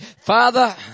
Father